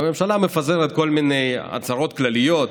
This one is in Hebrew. והממשלה מפזרת כל מיני הצהרות כלליות,